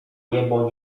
niebo